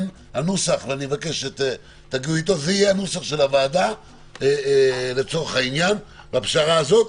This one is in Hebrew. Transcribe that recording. הנוסח יהיה הנוסח של הוועדה בפשרה הזאת,